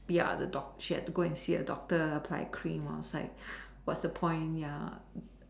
ya the she got to go and see a doctor by the clinic outside what's the point ya